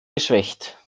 geschwächt